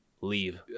leave